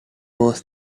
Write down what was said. was